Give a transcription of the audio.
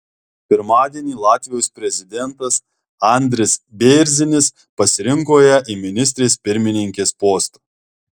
pirmadienį latvijos prezidentas andris bėrzinis pasirinkto ją į ministrės pirmininkės postą